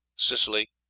sicily,